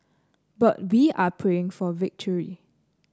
but we are praying for victory